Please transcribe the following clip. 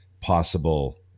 possible